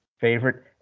favorite